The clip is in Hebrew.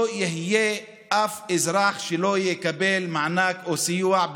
לא יהיה אף אזרח שלא יקבל מענק או סיוע,